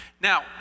Now